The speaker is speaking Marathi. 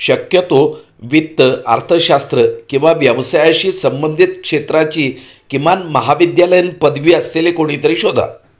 शक्यतो वित्त अर्थशास्त्र किंवा व्यवसायाशी संबंधित क्षेत्राची किमान महाविद्यालयीन पदवी असलेले कोणीतरी शोधा